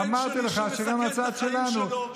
אמרתי לך שגם הצד שלנו,